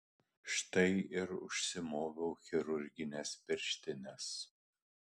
štai ir užsimoviau chirurgines pirštines